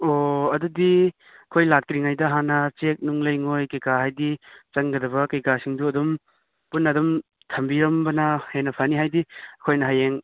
ꯑꯣ ꯑꯗꯨꯗꯤ ꯑꯩꯈꯣꯏ ꯂꯥꯛꯇ꯭ꯔꯤꯉꯩꯗ ꯍꯥꯟꯅ ꯆꯦꯛ ꯅꯨꯡ ꯂꯩꯉꯣꯏ ꯀꯩꯀꯥ ꯍꯥꯏꯗꯤ ꯆꯪꯒꯗꯕ ꯀꯩꯀꯥꯁꯤꯡꯗꯣ ꯑꯗꯨꯝ ꯄꯨꯟꯅ ꯑꯗꯨꯝ ꯊꯝꯕꯤꯔꯝꯕꯅ ꯍꯦꯟꯅ ꯐꯅꯤ ꯍꯥꯏꯗꯤ ꯑꯩꯈꯣꯏꯅ ꯍꯌꯦꯡ